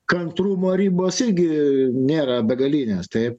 kantrumo ribos irgi nėra begalinės taip